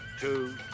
two